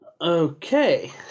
Okay